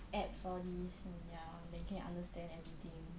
apps all these and ya then can understand everything